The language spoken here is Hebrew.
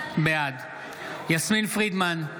בעד יסמין פרידמן,